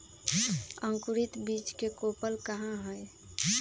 अंकुरित बीज के कोपल कहा हई